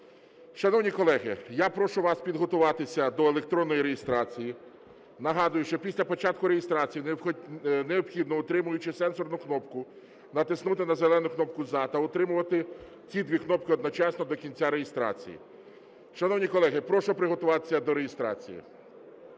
Шановні колеги, я прошу вас підготуватися до електронної реєстрації. Нагадую, що після початку реєстрації необхідно, утримуючи сенсорну кнопку, натиснути на зелену кнопку "За" та утримувати ці дві кнопки одночасно до кінця реєстрації. Шановні колеги, прошу приготуватися до реєстрації.